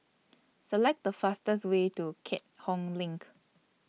Select The fastest Way to Keat Hong LINK